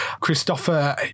Christopher